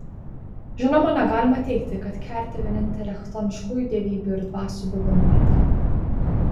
žinoma negalima teigti kad kertė vienintelė chtoniškųjų dievybių ir dvasių buvimo vieta